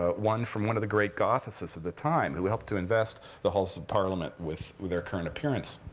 ah one from one of the great gothicists of the time, who helped to invest the halls of parliament with with their current appearance.